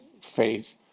faith